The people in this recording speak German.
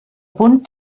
bund